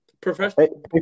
Professional